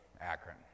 Akron